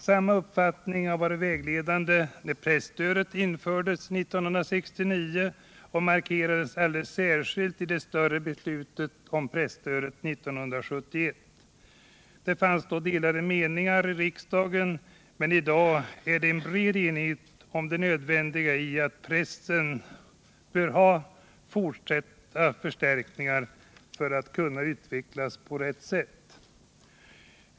Samma uppfattning var vägledande när presstödet infördes 1969 och markerades alldeles särskilt i det större beslutet om presstöd 89 1971. Det fanns delade meningar i riksdagen 1971, men i dag råder det en bred enighet om det nödvändiga i att pressen får fortsatta förstärkningar för att kunna utvecklas på rätt sätt.